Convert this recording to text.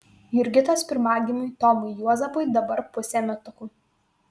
jurgitos pirmagimiui tomui juozapui dabar pusė metukų